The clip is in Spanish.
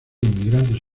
inmigrantes